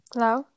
Hello